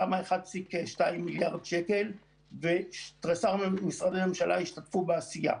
היא שמה 1.2 מיליארד שקלים ותריסר משרדי ממשלה השתתפו בעשייה.